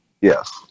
yes